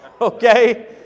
Okay